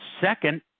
Second